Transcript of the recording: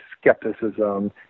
skepticism